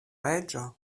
reĝo